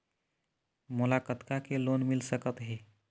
मोला कतका के लोन मिल सकत हे?